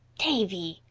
davy!